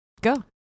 go